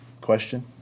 question